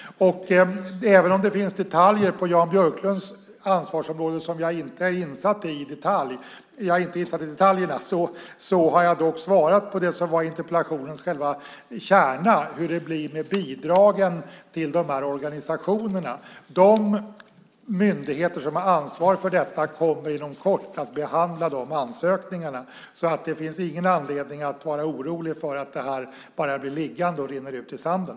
Även om det finns detaljer på Jan Björklunds ansvarsområde som jag inte är insatt i har jag dock svarat på det som var själva kärnan i interpellationen, nämligen hur det blir med bidragen till de här organisationerna. De myndigheter som har ansvar för detta kommer inom kort att behandla de ansökningarna. Det finns ingen anledning att vara orolig för att det här rinner ut i sanden.